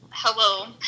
Hello